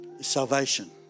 salvation